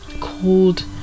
called